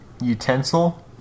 utensil